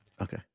okay